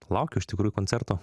laukiu iš tikrųjų koncerto